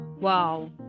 Wow